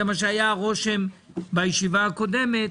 זה הרושם שהיה בישיבה הקודמת.